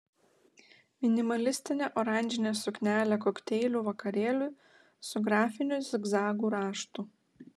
minimalistinė oranžinė suknelė kokteilių vakarėliui su grafiniu zigzagų raštu